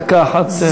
דקה אחת.